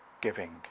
giving